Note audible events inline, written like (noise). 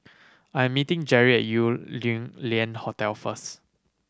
I am meeting Jerri at Yew (unintelligible) Lian Hotel first